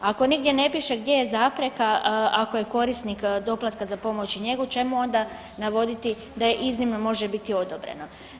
Ako nigdje ne piše gdje je zapreka, ako je korisnik doplatka za pomoć i njegu čemu onda navoditi da iznimno može biti odobreno?